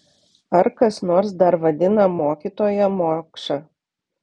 ar kas nors dar vadina mokytoją mokša